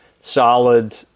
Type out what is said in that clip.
solid